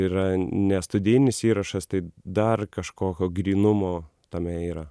yra ne studijinis įrašas tai dar kažkokio grynumo tame yra